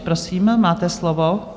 Prosím, máte slovo.